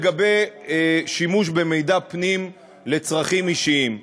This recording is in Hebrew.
לגבי שימוש במידע פנים לצרכים אישיים,